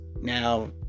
Now